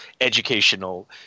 educational